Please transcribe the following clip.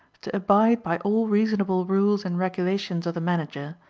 to abide by all reasonable rules and regulations of the manager,